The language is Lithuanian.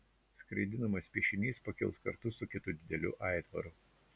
skraidinamas piešinys pakils kartu su kitu dideliu aitvaru